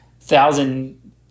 thousand